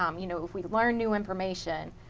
um you know if we learn new information,